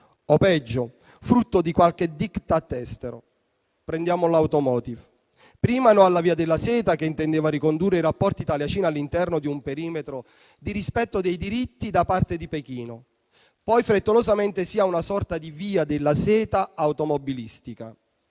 o, peggio, frutto di qualche *diktat* estero. Prendiamo l'*automotive*: prima no alla via della seta, che intendeva ricondurre i rapporti Italia-Cina all'interno di un perimetro di rispetto dei diritti da parte di Pechino; poi frettolosamente sì a una sorta di via della seta automobilistica,